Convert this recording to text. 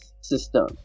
system